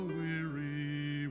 weary